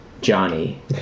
Johnny